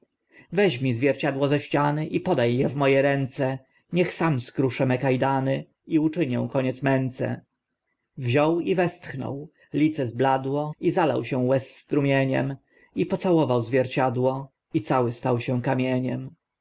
weźmij zwierciadło ze ściany i poda e w mo e ręce niech sam skruszę me ka dany i uczynię koniec męce wziął i westchnął lice zbladło i zalał się łez strumieniem i pocałował zwierciadło i cały stał się kamieniem